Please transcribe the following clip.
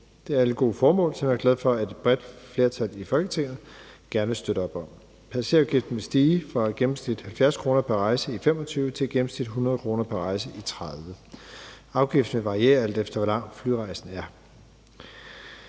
Det er alle gode formål, som jeg er glad for at et bredt flertal i Folketinget gerne vil støtte op om. Passagerafgiften vil stige fra gennemsnitligt 70 kr. pr. rejse i 2025 til gennemsnitligt 100 kr. pr. rejse i 2030. Afgiften vil variere, alt efter hvor lang flyrejsen er.